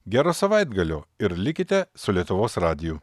gero savaitgalio ir likite su lietuvos radiju